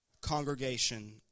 congregation